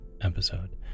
episode